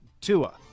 Tua